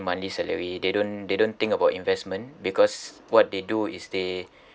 monthly salary they don't they don't think about investment because what they do is they